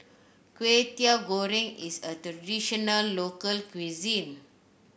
Kway Teow Goreng is a traditional local cuisine